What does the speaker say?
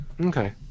Okay